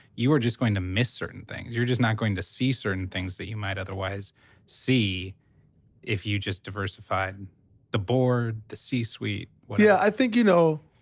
you are just going to miss certain things. you're just not going to see certain things that you might otherwise see if you just diversified the board, the c-suite, whatever. yeah. i think, you know,